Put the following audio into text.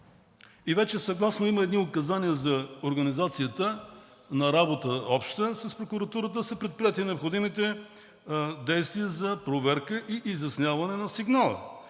И вече съгласно едни указания за организацията на обща работа с прокуратурата са предприети необходимите действия за проверка и изясняване на сигнала.